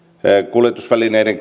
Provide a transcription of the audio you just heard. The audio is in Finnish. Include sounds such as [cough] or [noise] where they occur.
kuljetusvälineiden [unintelligible]